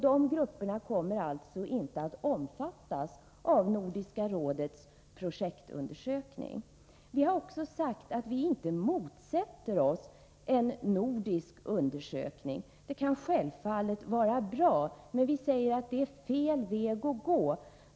De grupperna kommer alltså inte att omfattas av Nordiska rådets projektundersökning. Vi har uttalat att vi inte motsätter oss en nordisk undersökning — en sådan kan självfallet vara bra — men vi menar att det är att gå fram på fel väg.